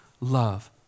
love